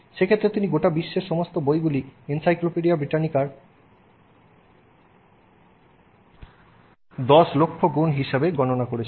সেক্ষেত্রে তিনি গোটা বিশ্বের সমস্ত বইগুলি এনসাইক্লোপিডিয়া ব্রিটানিকার 1000000 গুন হিসাবে গণনা করেছেন